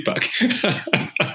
feedback